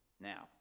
Now